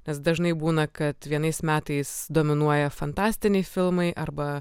nes dažnai būna kad vienais metais dominuoja fantastiniai filmai arba